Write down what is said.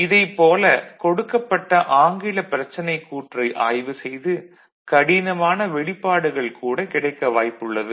இதைப் போல கொடுக்கப்பட்ட ஆங்கில பிரச்சனைக் கூற்றை ஆய்வு செய்து கடினமான வெளிப்பாடுகள் கூட கிடைக்க வாய்ப்பு உள்ளது